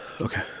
Okay